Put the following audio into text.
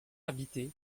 habitée